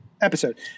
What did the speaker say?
episode